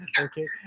Okay